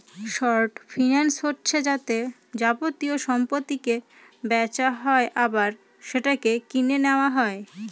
short finance হচ্ছে যাতে যাবতীয় সম্পত্তিকে বেচা হয় আবার সেটাকে কিনে নেওয়া হয়